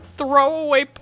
throwaway